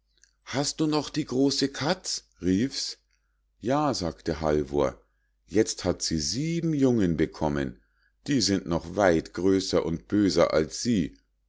hast du noch die große katz rief's ja sagte halvor jetzt hat sie sieben jungen bekommen die sind noch weit größer und böser als sie